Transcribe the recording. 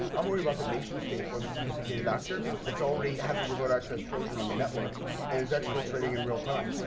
i'm worried about the nation state or the sophisticated actor that already has a remote access trojan on the network and is exfiltrating in real time.